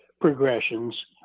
progressions